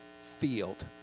field